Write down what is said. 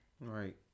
Right